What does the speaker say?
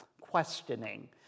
questioning